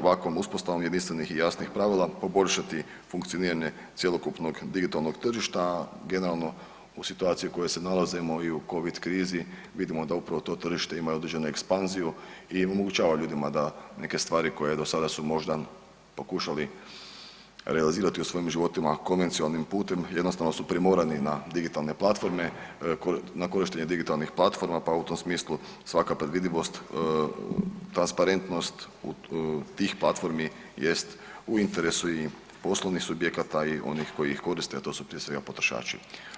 ovakvom uspostavom jedinstvenih i jasnih pravila poboljšati funkcioniranje cjelokupnog digitalnog tržišta, a generalno u situaciji u kojoj se nalazimo i u covid krizi vidimo da upravo to tržište ima i određenu ekspanziju i omogućava ljudima da neke stvari koje su do sada su možda pokušali realizirati u svojim životima konvencionalnim putem jednostavno su primorani na digitalne platforme, na korištenje digitalnih platforma, pa u tom smislu svaka predvidivost, transparentnost tih platformi jest u interesu i poslovnih subjekata i onih koji ih koriste, a to su prije svega potrošači.